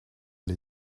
les